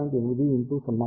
8 0